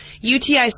UTI